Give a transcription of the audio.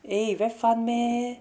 eh very fun meh